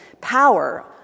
power